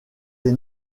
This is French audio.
des